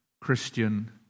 Christian